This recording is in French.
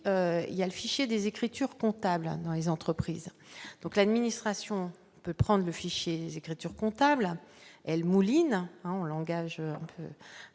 il y a le fichier des écritures comptables dans les entreprises, donc l'administration peut prendre le fichier. écriture comptable, elle mouline en langage